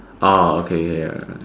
orh okay err